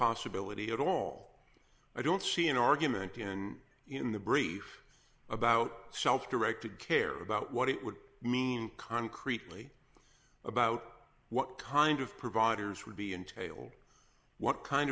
possibility at all i don't see an argument in in the brief about self directed care about what it would mean concretely about what kind of providers would be entailed what kind